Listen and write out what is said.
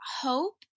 Hope